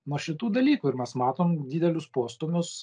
nuo šitų dalykų ir mes matom didelius postūmius